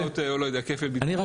לשכנע אותו, לא יודע, כפל